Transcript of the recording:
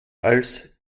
als